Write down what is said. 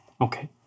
Okay